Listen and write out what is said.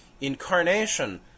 incarnation